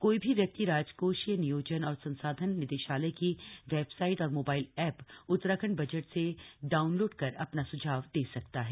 कोई भी व्यक्ति राजकोषीय नियोजन और संसाधन निदेशालय की वेबसाइट और मोबाइल एप उत्तराखंड बजट से डाउनलोड कर अपना सुझाव दे सकते हैं